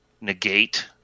negate